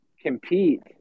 compete